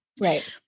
Right